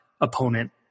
opponent